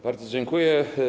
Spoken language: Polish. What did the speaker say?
Bardzo dziękuję.